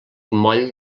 moll